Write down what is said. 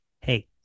hey